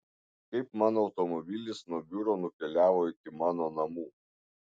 kaip mano automobilis nuo biuro nukeliavo iki mano namų